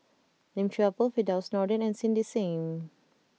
Lim Chuan Poh Firdaus Nordin and Cindy Sim